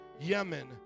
Yemen